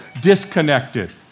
disconnected